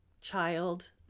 child